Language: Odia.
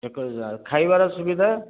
ଏକ ହଜାର ଖାଇବାର ସୁବିଧା